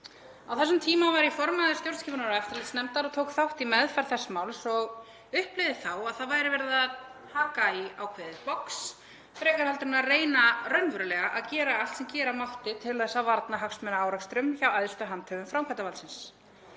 Á þessum tíma var ég formaður stjórnskipunar- og eftirlitsnefndar og tók þátt í meðferð þess máls og upplifði þá að það væri verið að haka í ákveðið box frekar en að reyna raunverulega að gera allt sem gera mætti til að varna hagsmunaárekstrum hjá æðstu handhöfum framkvæmdarvaldsins.